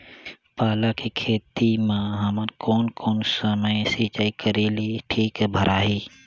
पाला के खेती मां हमन कोन कोन समय सिंचाई करेले ठीक भराही?